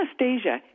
Anastasia